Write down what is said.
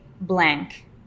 blank